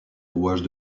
rouages